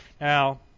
Now